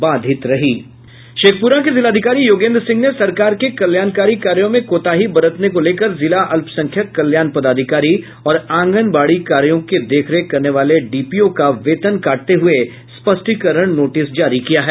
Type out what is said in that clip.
शेखप्ररा के जिलाधिकारी योगेन्द्र सिंह ने सरकार के कल्याणकारी कार्यो में कोताही बरतने को लेकर जिला अल्पसंख्यक कल्याण पदाधिकारी और आंगनबाड़ी कार्यो के देखरेख करने वाले डीपीओ का वेतन काटते हुए स्पष्टीकरण नोटिस जारी किया है